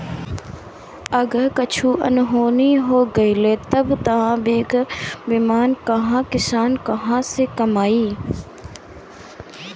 अगर कुछु अनहोनी हो गइल तब तअ बगैर बीमा कअ किसान कहां से कमाई